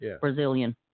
Brazilian